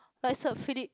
but is a Fili~